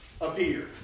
appear